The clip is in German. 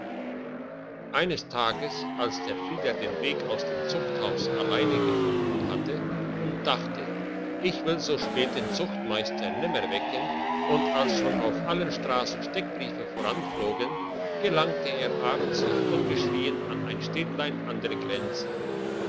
eines tages als der frieder den weg aus dem zuchthaus allein gefunden hatte und dachte ich will so spät den zuchtmeister nimmer wecken und als schon auf allen strassen steckbriefe voranflogen gelangte er abends noch unbeschrien an ein städtlein an der grenze